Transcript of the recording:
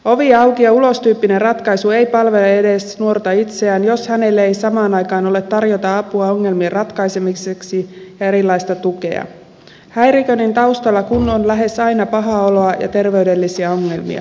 ovi auki ja ulos tyyppinen ratkaisu ei palvele edes nuorta itseään jos hänelle ei samaan aikaan ole tarjota apua ongelmien ratkaisemiseksi ja erilaista tukea häiriköinnin taustalla kun on lähes aina pahaa oloa ja terveydellisiä ongelmia